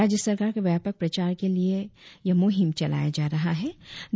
राज्य सरकार के व्यापक प्रचार के लिए यह मुहिम चलाया जा रहा हें